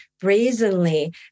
brazenly